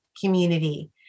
community